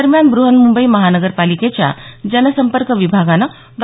दरम्यान ब्रहन्मुंबई महानगरपालिकेच्या जनसंपर्क विभागानं डॉ